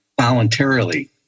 voluntarily